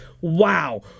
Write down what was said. Wow